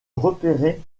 repérer